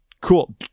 cool